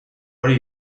hori